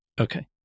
okay